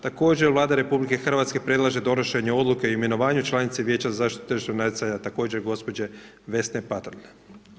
Također Vlada RH predlaže donošenje Odluke o imenovanju članice Vijeća za zaštitu tržišnog natjecanja također gđe. Vesne Patrlj.